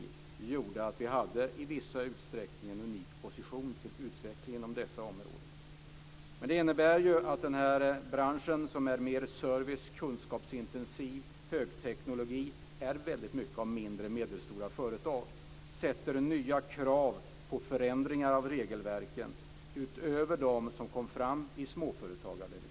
Det gjorde att vi i viss utsträckning ansågs ha en unik position för utveckling inom dessa områden. I den här branschen, med service och kunskapsintensiv högteknologi, är det väldigt mycket av mindre och medelstora företag. Det ställer nya krav på förändringar av regelverken utöver de som kom fram i Småföretagsdelegationen.